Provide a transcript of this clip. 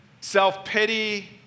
self-pity